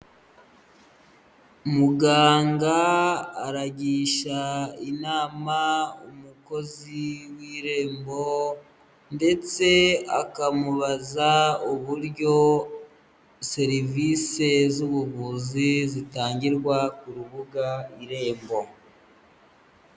Muganga aragisha inama umukozi w'irembo ndetse akamubaza uburyo serivisi z'ubuvuzi zitangirwa ku rubuga irembo.